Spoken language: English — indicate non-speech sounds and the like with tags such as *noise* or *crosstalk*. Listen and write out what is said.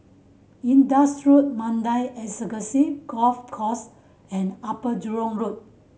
Indus Road Mandai *unintelligible* Golf Course and Upper Jurong Road